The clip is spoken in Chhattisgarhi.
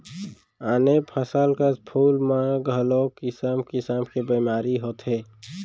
आने फसल कस फूल मन म घलौ किसम किसम के बेमारी होथे